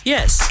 Yes